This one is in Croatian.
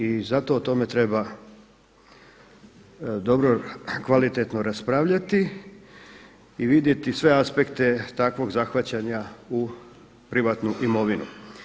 I zato o tome treba dobro kvalitetno raspravljati i vidjeti sve aspekte takvog zahvaćanja u privatnu imovinu.